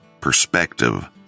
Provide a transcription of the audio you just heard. perspective